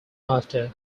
after